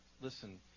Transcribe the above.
listen